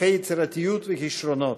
ברוכי יצירתיות וכישרונות,